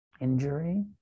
injury